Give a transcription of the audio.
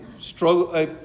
struggle